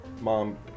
Mom